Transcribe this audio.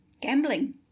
gambling